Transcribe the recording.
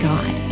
God